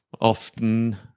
Often